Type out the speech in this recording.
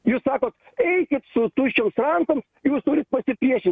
jūs sakot eikit su tuščioms rankoms jūs turit pasipriešint